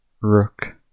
Rook